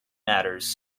matters